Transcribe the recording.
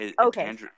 Okay